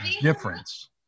Difference